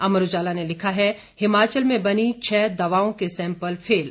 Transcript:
अमर उजाला ने लिखा है हिमाचल में बनी छह दवाओं के सैंपल फेल